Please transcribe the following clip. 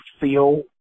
feel